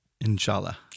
Inshallah